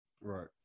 Right